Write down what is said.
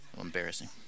embarrassing